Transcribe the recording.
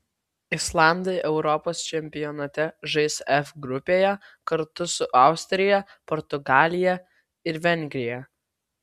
islandai europos čempionate žais f grupėje kartu su austrija portugalija ir vengrija